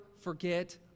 forget